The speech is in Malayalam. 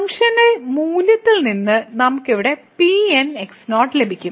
ഫംഗ്ഷണൽ മൂല്യത്തിൽ നിന്ന് നമുക്ക് ഇവിടെ Pn ലഭിക്കും